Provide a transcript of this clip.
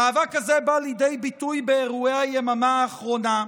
המאבק הזה בא לידי ביטוי באירועי היממה האחרונה,